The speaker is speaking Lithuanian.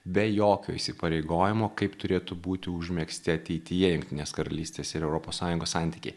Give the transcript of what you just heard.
be jokių įsipareigojimo kaip turėtų būti užmegzti ateityje jungtinės karalystės ir europos sąjungos santykiai